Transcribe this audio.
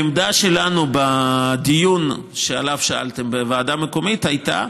העמדה שלנו בדיון שעליו שאלתם בוועדה המקומית הייתה